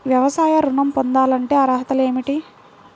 వ్యవసాయ ఋణం పొందాలంటే అర్హతలు ఏమిటి?